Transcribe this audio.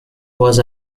was